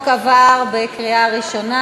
הצעת החוק עברה בקריאה ראשונה.